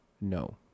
no